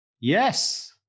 Yes